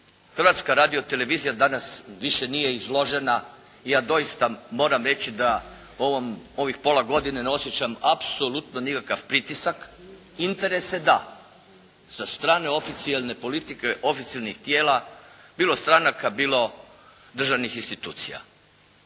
Hrvatska radiotelevizija danas više nije izložena i ja doista moram reći da ovom, ovih pola godine ne osjećam apsolutno nikakav pritisak. Interese da. Sa strane oficijelne politike, oficijelnih tijela bilo stranaka bilo državnih institucija.